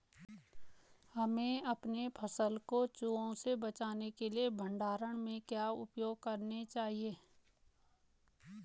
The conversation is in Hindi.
हमें अपनी फसल को चूहों से बचाने के लिए भंडारण में क्या उपाय करने चाहिए?